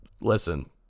listen